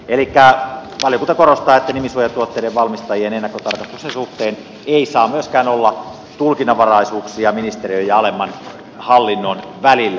elikkä valiokunta korostaa että nimisuojatuotteiden valmistajien ennakkotarkastuksen suhteen ei saa myöskään olla tulkinnanvaraisuuksia ministeriön ja alemman hallinnon välillä